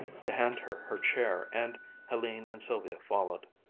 to hand her her chair, and helene and sylvia followed.